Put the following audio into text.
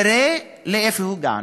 תראה לאן הגענו,